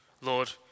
Lord